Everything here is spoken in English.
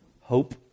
Hope